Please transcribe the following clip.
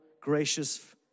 gracious